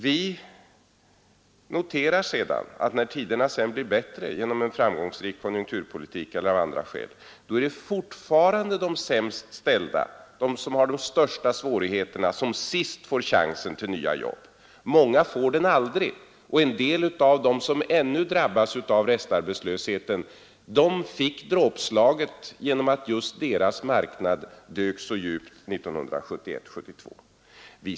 Vi noterar att när tiderna sedan blir bättre genom en framgångsrik konjunkturpolitik eller av andra skäl är det fortfarande de sämst ställda, de som har de största svårigheterna, som sist får chansen till nya jobb. Många får den aldrig. En del av dem som ännu drabbas av restarbetslöshet fick dråpslaget genom att just deras marknad dök så djupt 1971—1972.